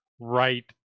right